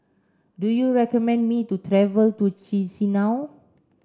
do you recommend me to travel to Chisinau